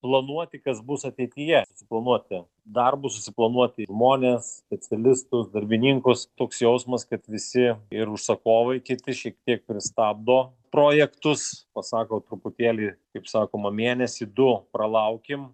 planuoti kas bus ateityje planuoti darbus susiplanuoti žmones specialistus darbininkus toks jausmas kad visi ir užsakovai kiti šiek tiek pristabdo projektus pasako truputėlį kaip sakoma mėnesį du pralaukim